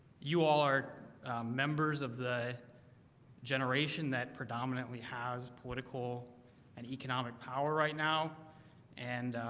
you all are members of the generation that predominantly has political and economic power right now and